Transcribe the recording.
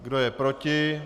Kdo je proti?